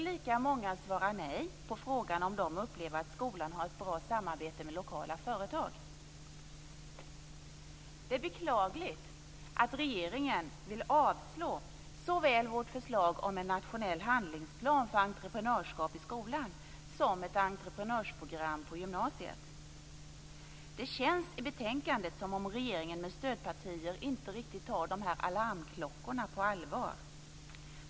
Lika många svarar nej på frågan om de upplever att skolan har ett bra samarbete med lokala företag. Det är beklagligt att regeringen vill avslå såväl vårt förslag om en nationell handlingsplan för entreprenörskap i skolan som ett entreprenörsprogram på gymnasiet. Det känns i betänkandet som om regeringen med stödpartier inte riktigt tar alarmklockorna på allvar.